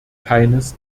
keines